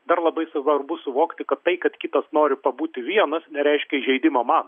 dar labai svarbu suvokti kad tai kad kitas nori pabūti vienas nereiškia įžeidimo man